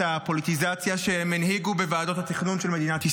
הפוליטיזציה שהם הנהיגו בוועדות התכנון של מדינת ישראל,